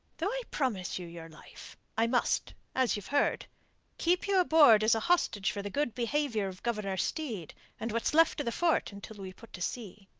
though i promise you your life, i must as you've heard keep you aboard as a hostage for the good behaviour of governor steed and what's left of the fort until we put to sea.